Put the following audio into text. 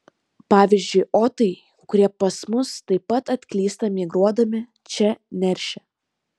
pavyzdžiui otai kurie pas mus taip pat atklysta migruodami čia neršia